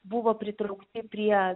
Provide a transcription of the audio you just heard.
buvo pritraukti prie